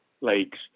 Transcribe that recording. Lakes